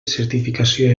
certificació